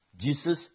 Jesus